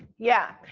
yeah.